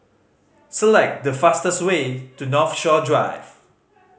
select the fastest way to Northshore Drive